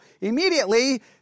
immediately